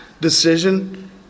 decision